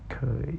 可以